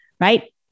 right